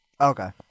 Okay